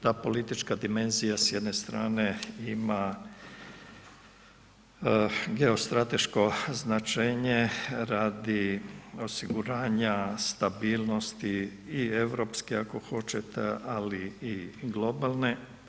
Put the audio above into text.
Ta politička dimenzija s jedne strane ima geostrateško značenje radi osiguranja stabilnosti i europske ako hoćete ali i globalne.